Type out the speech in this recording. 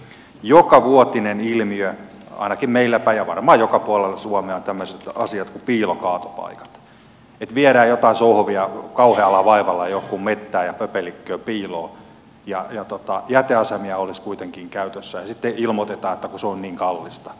jokavuotinen ilmiö on ainakin meilläpäin ja varmaan joka puolella suomea tämmöiset asiat kuin piilokaatopaikat että viedään jotain sohvia kauhealla vaivalla johonkin mettään ja pöpelikköön piiloon ja jäteasemia olisi kuitenkin käytössä ja sitten ilmoitetaan että kun se on niin kallista